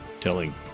telling